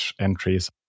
entries